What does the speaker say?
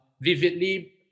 vividly